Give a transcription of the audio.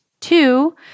two